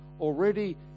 Already